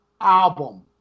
album